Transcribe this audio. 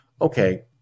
Okay